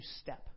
step